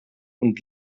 und